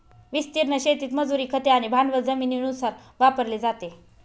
विस्तीर्ण शेतीत मजुरी, खते आणि भांडवल जमिनीनुसार वापरले जाते